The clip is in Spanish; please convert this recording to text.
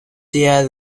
tía